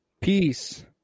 peace